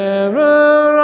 error